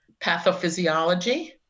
pathophysiology